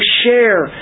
share